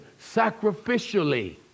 sacrificially